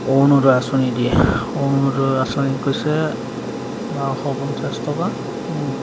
অৰুণোদয় আঁচনি দিয়ে অৰুণোদয় আঁচনি কৈছে বাৰশ পঞ্চাছ টকা